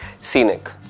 scenic